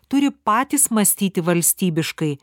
turi patys mąstyti valstybiškai